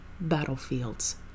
Battlefields